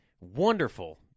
wonderful